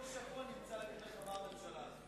כל שבוע נמצא מה להגיד לך על הממשלה הזאת.